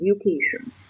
education